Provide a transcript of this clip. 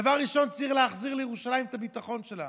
דבר ראשון צריך להחזיר לירושלים את הביטחון שלה.